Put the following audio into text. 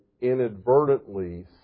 inadvertently